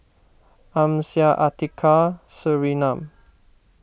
Amsyar Atiqah and Surinam